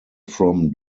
from